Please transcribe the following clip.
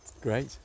great